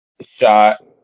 shot